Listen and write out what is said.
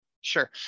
Sure